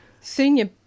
Senior